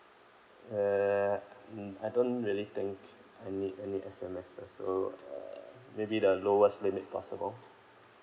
uh mm I don't really think I need any S_M_S so uh maybe the lowest limit possible